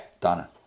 Donna